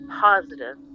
positive